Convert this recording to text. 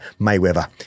Mayweather